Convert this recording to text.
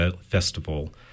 Festival